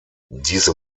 diese